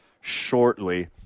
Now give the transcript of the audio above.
shortly